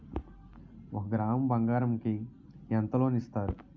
ఒక గ్రాము బంగారం కి ఎంత లోన్ ఇస్తారు?